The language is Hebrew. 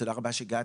תודה רבה שהגעתם.